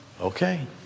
Okay